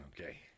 Okay